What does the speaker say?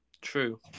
True